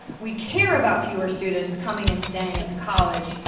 we care about fewer students coming and staying at the college,